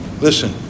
Listen